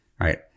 right